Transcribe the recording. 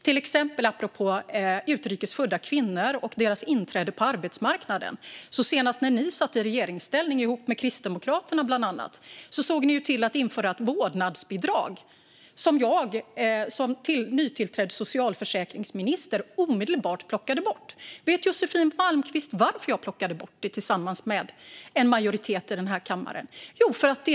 Till exempel, apropå utrikes födda kvinnor och deras inträde på arbetsmarknaden, införde ni när ni senast satt i regeringsställning ihop med Kristdemokraterna ett vårdnadsbidrag, som jag som nytillträdd socialförsäkringsminister omedelbart plockade bort. Vet Josefin Malmqvist varför jag, tillsammans med en majoritet i den här kammaren, plockade bort det?